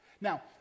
Now